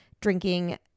drinking